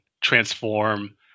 transform